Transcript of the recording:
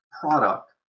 product